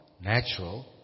natural